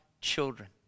children